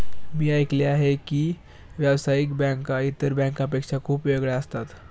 मी ऐकले आहे की व्यावसायिक बँका इतर बँकांपेक्षा खूप वेगळ्या असतात